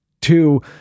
two